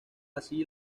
así